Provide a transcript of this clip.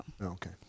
Okay